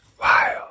wild